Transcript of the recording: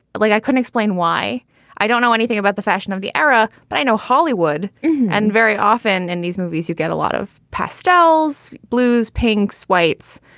like i couldn't explain why i don't know anything about the fashion of the era, but i know hollywood and very often in these movies, you get a lot of pastels, blues, pinks, whites.